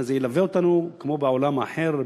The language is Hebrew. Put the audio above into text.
זה ילווה אותנו כמו בעולם האחר,